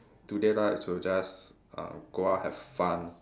do they like to just uh go out have fun